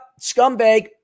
scumbag